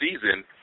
season